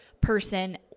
person